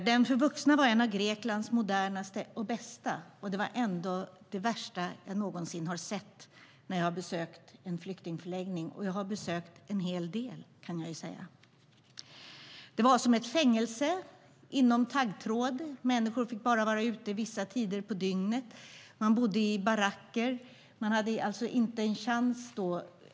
Den för vuxna var en av Greklands modernaste och bästa, och det var ändå det värsta jag någonsin har sett när jag har besökt flyktingförläggningar, och jag har besökt en hel del, kan jag säga. Det var som ett fängelse inom taggtråd. Människor fick vara ute bara vissa tider på dygnet. Man bodde i baracker.